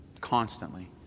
constantly